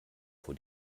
vor